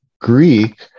Greek